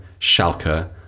Schalke